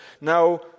Now